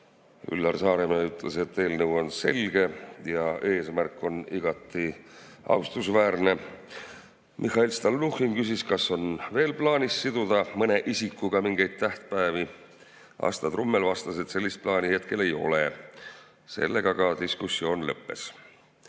Üllar Saaremäe ütles, et eelnõu on selge ja eesmärk on igati austusväärne. Mihhail Stalnuhhin küsis, kas on plaanis siduda veel mingeid tähtpäevi mõne isikuga. Asta Trummel vastas, et sellist plaani hetkel ei ole. Sellega diskussioon lõppes. Tehti